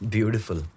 Beautiful